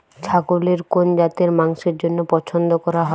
ছাগলের কোন জাতের মাংসের জন্য পছন্দ করা হয়?